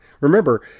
remember